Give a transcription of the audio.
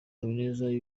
habineza